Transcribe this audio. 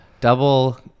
Double